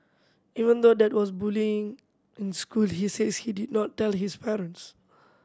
even though there was bullying in school he says he did not tell his parents